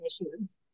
issues